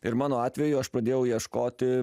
ir mano atveju aš pradėjau ieškoti